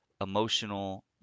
emotional